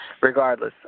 Regardless